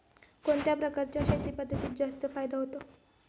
कोणत्या प्रकारच्या शेती पद्धतीत जास्त फायदा होतो?